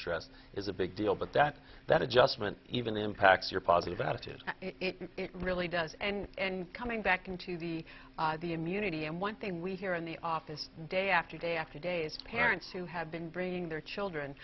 stressed is a big deal but that that adjustment even impacts your positive attitude really does and coming back into the the immunity and one thing we hear in the office day after day after day is parents who have been bringing their children